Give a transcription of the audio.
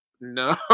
No